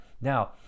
Now